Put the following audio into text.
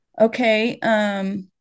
Okay